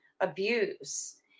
abuse